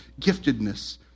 giftedness